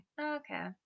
Okay